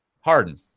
Harden